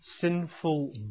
sinful